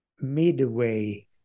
midway